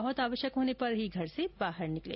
बहुत आवश्यक होने पर ही घर से बाहर निकलें